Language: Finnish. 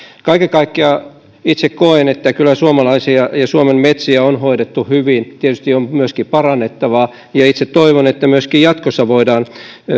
kaiken kaikkiaan itse koen että kyllä suomen metsiä on hoidettu hyvin tietysti on parannettavaa ja itse toivon että myöskin jatkossa voidaan